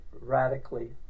radically